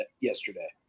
yesterday